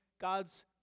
God's